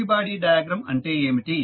free body diagram అంటే ఏమిటి